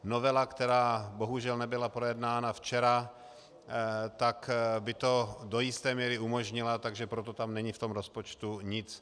Novela, která bohužel nebyla projednána včera, by to do jisté míry umožnila, takže proto tam není v tom rozpočtu nic.